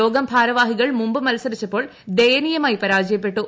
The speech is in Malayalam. യോഗം ഭാരവാഹികൾ മുമ്പ് മത്സരിച്ചപ്പോൾ ദയനീയമായി പരാജയപ്പെട്ടു